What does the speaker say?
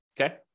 okay